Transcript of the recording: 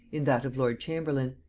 in that of lord chamberlain.